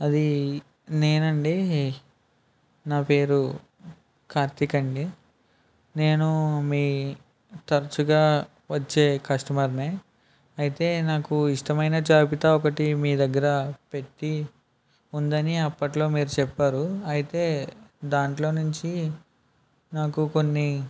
అది నేనండి నా పేరు కార్తీక్ అండి నేను మీ తరచుగా వచ్చే కస్టమర్ని అయితే నాకు ఇష్టమైన జాబితా ఒకటి మీ దగ్గర పెట్టి ఉందని అప్పట్లో మీరు చెప్పారు అయితే దాంట్లో నుంచి నాకు కొన్ని